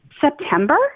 september